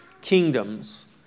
kingdoms